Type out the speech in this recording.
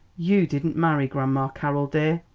you didn't marry grandma carroll, dear,